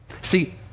See